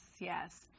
yes